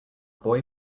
boy